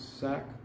sack